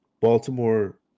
Baltimore